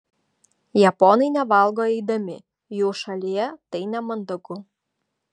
japonai nevalgo eidami jų šalyje tai nemandagu